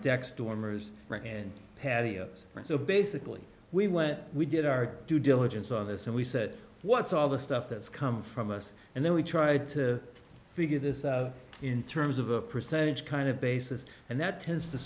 and patios so basically we went we did our due diligence on this and we said what's all this stuff that's come from us and then we tried to figure this out in terms of a percentage kind of basis and that tends to